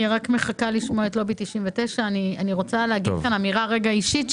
אני מחכה לשמוע את לובי 99. אני רוצה להגיד אמירה אישית,